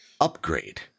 upgrade